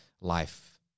life